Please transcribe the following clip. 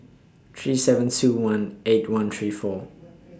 three seven two one eight one three four